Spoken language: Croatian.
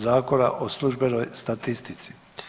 Zakona o službenoj statistici.